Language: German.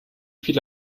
viele